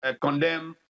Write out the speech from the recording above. condemn